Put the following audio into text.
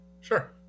Sure